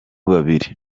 babiri